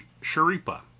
Sharipa